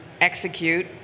execute